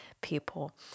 people